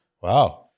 wow